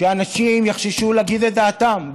שאנשים יחששו להגיד את דעתם,